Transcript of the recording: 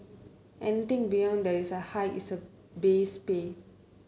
anything beyond that is a hike in the base pay